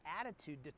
attitude